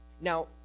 Now